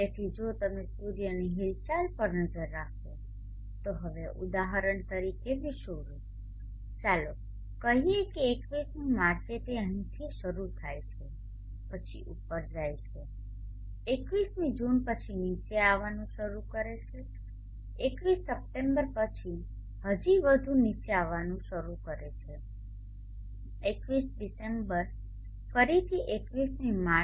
તેથી જો તમે સૂર્યની હિલચાલ પર નજર નાખો તો હવે ઉદાહરણ તરીકે વિષુવવૃત્ત ચાલો કહીએ કે 21મી માર્ચ તે અહીંથી શરૂ થાય છે પછી ઉપર જાય છે 21મી જૂન પછી નીચે આવવાનું શરૂ કરે છે 21 સપ્ટેમ્બર પછી હજી વધુ નીચે જવાનું શરૂ થાય છે 21 ડિસેમ્બર ફરીથી 21મી માર્ચ